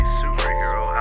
superhero